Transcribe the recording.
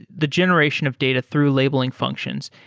the generation of data through labeling functions,